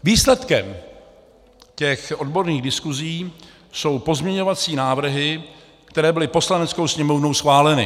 Výsledkem odborných diskusí jsou pozměňovací návrhy, které byly Poslaneckou sněmovnou schváleny.